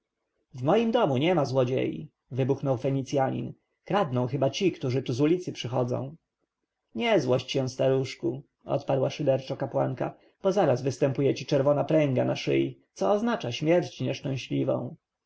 w moim domu niema złodziei wybuchnął fenicjanin kradną chyba ci którzy tu z ulicy przychodzą nie złość się staruszku odparła szyderczo kapłanka bo zaraz występuje ci czerwona pręga na szyi co oznacza śmierć nieszczęśliwą